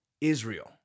Israel